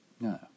No